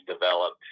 developed